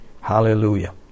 Hallelujah